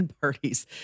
parties